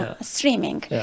streaming